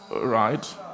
Right